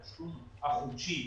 החודשי,